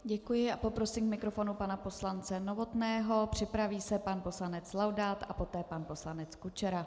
Děkuji a poprosím k mikrofonu pana poslance Novotného, připraví se pan poslanec Laudát a poté pan poslanec Kučera.